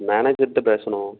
மேனேஜர்ட பேசணும்